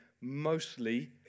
mostly